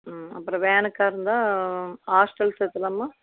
ம் அப்புறோம் வேனுக்கா இருந்தால் ஹாஸ்ட்டல் சேர்க்கலாமா